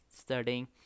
studying